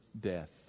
death